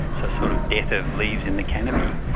so sort of death of leaves in the canopy.